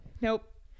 Nope